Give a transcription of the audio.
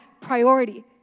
priority